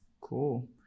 cool